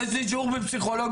יש לי שיעור בפסיכולוגיה,